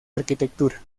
arquitectura